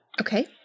Okay